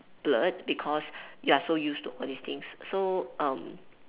blurred because you are so used to all these things so um